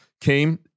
came